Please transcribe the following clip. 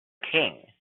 king